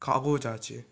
কাগজ আছে